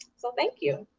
so thank you?